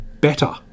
better